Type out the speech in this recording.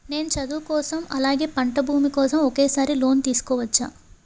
నేను చదువు కోసం అలాగే పంట భూమి కోసం ఒకేసారి లోన్ తీసుకోవచ్చా?